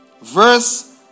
Verse